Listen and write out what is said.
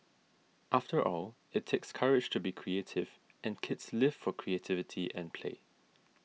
after all it takes courage to be creative and kids live for creativity and play